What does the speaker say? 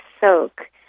soak